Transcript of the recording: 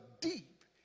deep